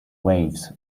waves